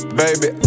baby